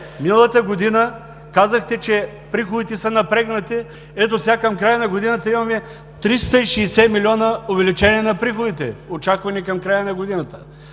Миналата година казахте, че приходите са напрегнати. Ето сега – към края на годината, имаме 360 млн. лв. увеличение на приходите, очаквани към края на годината,